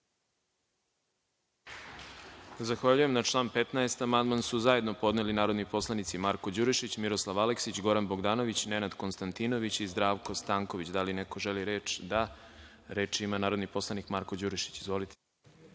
Milićević** Na član 16. amandman su zajedno podneli narodni poslanici Marko Đurišić, Miroslav Aleksić, Goran Bogdanović, Nenad Konstantinović i Zdravko Stanković. Da li neko želi reč? (Da)Reč ima narodni poslanik Nenad Konstantinović. Izvolite.